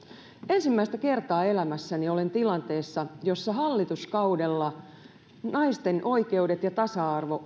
ensimmäistä kertaa elämässäni olen tilanteessa jossa hallituskaudella naisten oikeudet ja tasa arvo